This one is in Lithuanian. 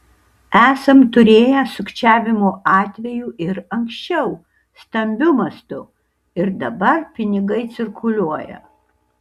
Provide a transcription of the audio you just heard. esam turėję sukčiavimo atvejų ir anksčiau stambiu mastu ir dabar pinigai cirkuliuoja